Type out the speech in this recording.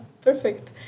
Perfect